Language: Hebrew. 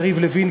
יריב לוין,